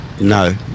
no